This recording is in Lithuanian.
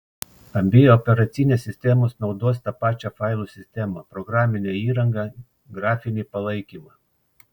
abi operacinės sistemos naudos tą pačią failų sistemą programinę įrangą grafinį palaikymą